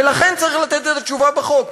ולכן צריך לתת את התשובה בחוק.